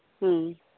ᱦᱮᱸ